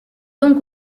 donc